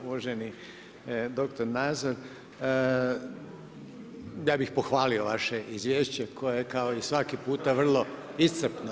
Uvaženi doktor Nazor, ja bi pohvalio vaše izvješće koje kao i svaki puta je vrlo iscrpno.